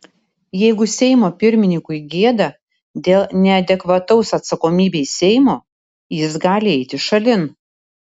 jeigu seimo pirmininkui gėda dėl neadekvataus atsakomybei seimo jis gali eiti šalin